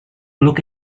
look